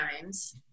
times